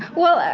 well,